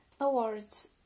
Awards